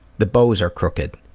the bows are crooked.